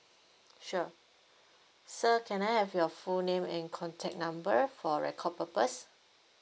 sure sir can I have your full name and contact number for record purpose